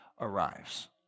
arrives